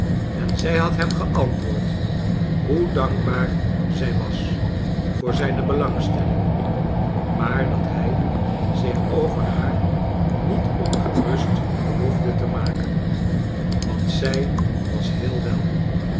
en zij had hem geantwoord hoe dankbaar zij was voor zijne be langs telling maar dat hij zich over haar niet ongerust behoefde te maken want zij was heel wel